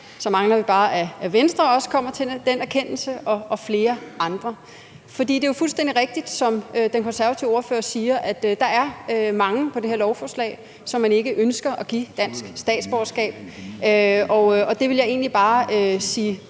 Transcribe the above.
Så mangler vi bare, at Venstre og flere andre også kommer til den erkendelse. For det er jo fuldstændig rigtigt, som den konservative ordfører siger, at der er mange på det her lovforslag, som man ikke ønsker at give dansk statsborgerskab. Det vil jeg egentlig bare sige